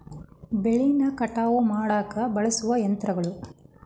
ಬೆಳಿನ ಕಟಾವ ಮಾಡಾಕ ಬಳಸು ಯಂತ್ರಗಳು